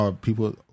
People